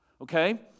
Okay